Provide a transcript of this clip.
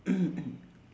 mm mm